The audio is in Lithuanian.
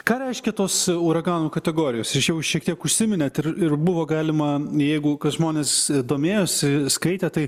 ką reiškia tos uragano kategorijos iš jau šiek tiek užsiminėt ir ir buvo galima jeigu kas žmonės domėjosi skaitė tai